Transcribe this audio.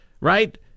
right